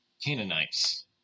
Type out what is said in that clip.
Canaanites